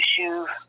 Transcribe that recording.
issues